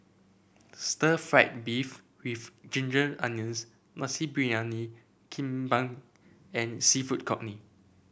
Stir Fried Beef with Ginger Onions Nasi Briyani Kambing and seafood congee